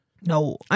No